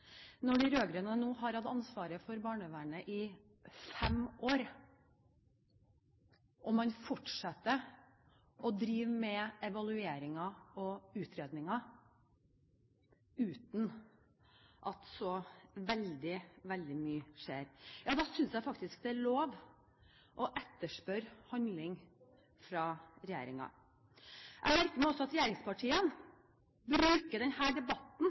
når de rød-grønne nå har hatt ansvaret for barnevernet i fem år, og man fortsetter å drive med evalueringer og utredninger uten at så veldig mye skjer. Ja, da synes jeg faktisk det er lov å etterspørre handling fra regjeringen. Jeg merker meg også at regjeringspartiene bruker denne debatten